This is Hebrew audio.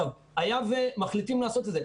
היה ומחליטים לעשות את זה,